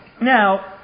Now